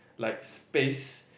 like space